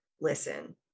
listen